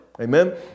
Amen